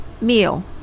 Meal